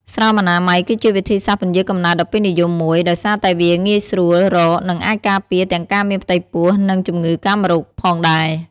ស្រោមអនាម័យ គឺជាវិធីសាស្ត្រពន្យារកំណើតដ៏ពេញនិយមមួយ ដោយសារតែវាងាយស្រួលរក និងអាចការពារទាំងការមានផ្ទៃពោះ និងជំងឺកាមរោគផងដែរ។